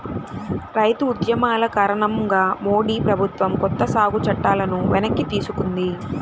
రైతు ఉద్యమాల కారణంగా మోడీ ప్రభుత్వం కొత్త సాగు చట్టాలను వెనక్కి తీసుకుంది